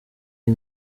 iyi